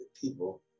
people